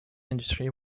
industry